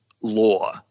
law